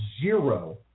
zero